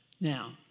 Now